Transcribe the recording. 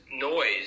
noise